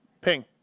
Ping